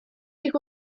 tych